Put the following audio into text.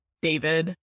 David